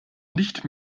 nicht